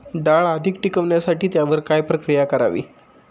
डाळ अधिक टिकवण्यासाठी त्यावर काय प्रक्रिया करावी?